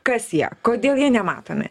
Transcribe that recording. kas jie kodėl jie nematomi